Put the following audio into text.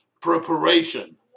preparation